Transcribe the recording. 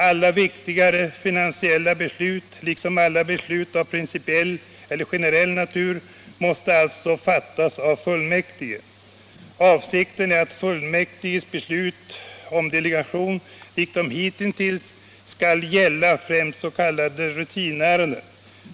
Alla viktigare finansiella beslut, liksom alla beslut av principiell eller generell natur, måste alltså fattas av fullmäktige. Avsikten är att fullmäktiges beslut om delegation liksom hittills skall gälla främst s.k. rutinärenden.